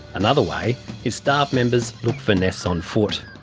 another way is staff members look for nests on foot.